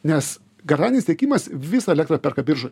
nes garantinis tiekimas visą elektrą perka biržoj